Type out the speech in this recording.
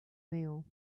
meal